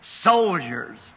soldiers